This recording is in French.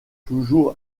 toujours